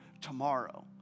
tomorrow